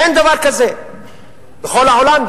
אין דבר כזה בכל העולם,